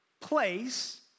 place